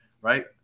right